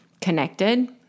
connected